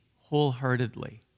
wholeheartedly